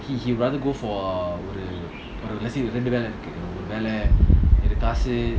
he he rather go for ஒரு:oru let's say ரெண்டுவேலஇருக்குஒருவேளைகாசு:rendu vela iruku oruvela kaasu